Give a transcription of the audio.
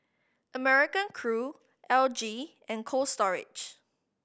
American Crew L G and Cold Storage